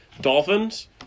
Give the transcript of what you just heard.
Dolphins